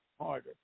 harder